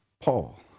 Paul